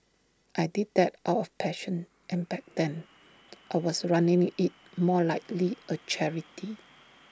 I did that out of passion and back then I was running IT more likely A charity